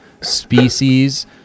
Species